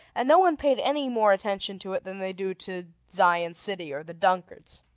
and no one paid any more attention to it than they do to zion city or the dunkards.